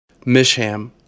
Misham